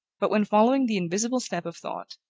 but when, following the invisible steps of thought,